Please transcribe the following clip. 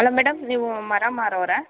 hello madam ನೀವು ಮರ ಮಾರೋವ್ರಾ